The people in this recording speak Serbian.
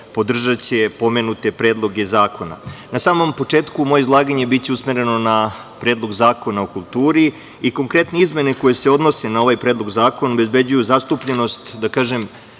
podržaće pomenute predloge zakona. Na samom početku moje izlaganje biće usmereno na Predlog zakona o kulturi i konkretne izmene koje se odnose na ovaj predlog zakona obezbeđuju zastupljenost manje